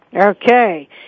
Okay